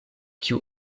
kiu